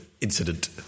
incident